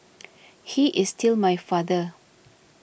he is still my father